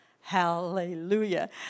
Hallelujah